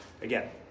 again